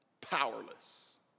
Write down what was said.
powerless